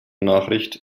nachricht